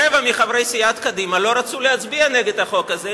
רבע מחברי סיעת קדימה לא רצו להצביע נגד החוק הזה,